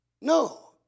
No